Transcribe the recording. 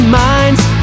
mind's